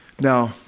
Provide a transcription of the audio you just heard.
Now